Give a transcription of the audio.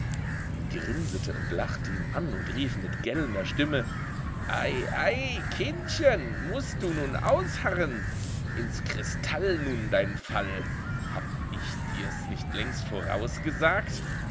die grinsete und lachte ihn an und rief mit gellender stimme ei ei kindchen mußt du nun ausharren ins kristall nun dein fall hab ich dir's nicht längst vorausgesagt